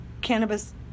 cannabis